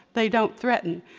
they don't threaten.